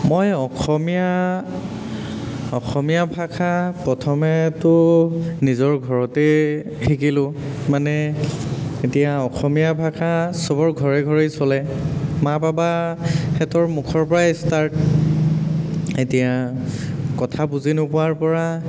মই অসমীয়া অসমীয়া ভাষা প্ৰথমেতো নিজৰ ঘৰতেই শিকিলোঁ মানে এতিয়া অসমীয়া ভাষা চবৰ ঘৰে ঘৰেই চলে মা পাপাহেঁতৰ মুখৰ পৰাই ষ্টাৰ্ট এতিয়া কথা বুজি নোপোৱাৰ পৰা